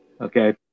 Okay